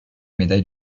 médaille